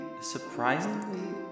surprisingly